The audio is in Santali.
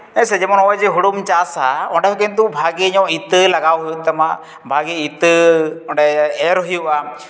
ᱦᱮᱸ ᱥᱮ ᱱᱚᱜᱼᱚᱭ ᱡᱮ ᱦᱩᱲᱩᱢ ᱪᱟᱥᱼᱟ ᱚᱸᱰᱮ ᱠᱤᱱᱛᱩ ᱵᱷᱟᱹᱜᱤ ᱧᱚᱜ ᱤᱛᱟᱹ ᱞᱟᱜᱟᱣ ᱦᱩᱭᱩᱜ ᱛᱟᱢᱟ ᱵᱷᱟᱹᱜᱤ ᱤᱛᱟᱹ ᱚᱸᱰᱮ ᱮᱨ ᱦᱩᱭᱩᱜᱼᱟ